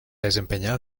desempeñaba